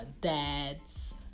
dads